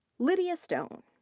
lydia stone.